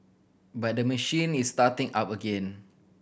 but the machine is starting up again